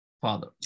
Father